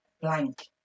blank